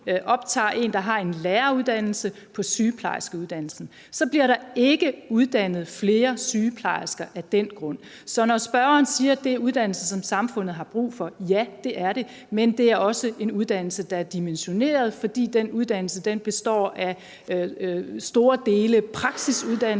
optager en, der har en læreruddannelse, på sygeplejerskeuddannelsen, så bliver der ikke uddannet flere sygeplejersker af den grund. Så når spørgeren siger, at det er en uddannelse, som samfundet har brug for, så er svaret: Ja, det er det. Men det er også en uddannelse, der er dimensioneret, fordi den uddannelse består af store dele praksisuddannelse.